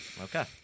Okay